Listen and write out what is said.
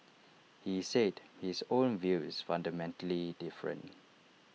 he said his own view is fundamentally different